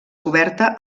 coberta